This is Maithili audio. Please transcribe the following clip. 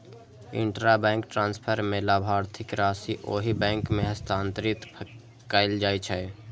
इंटराबैंक ट्रांसफर मे लाभार्थीक राशि ओहि बैंक मे हस्तांतरित कैल जाइ छै